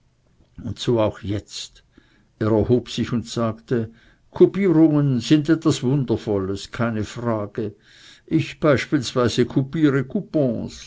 so auch jetzt er erhob sich und sagte kupierungen sind etwas wundervolles keine frage ich beispielsweise